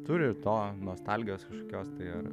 turi to nostalgijos kažkokios tai